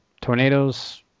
tornadoes